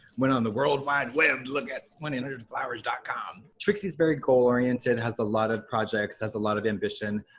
went on the worldwide web, look at one eight hundred flowers com. trixie's very goal-oriented, has a lot of projects, has a lot of ambition.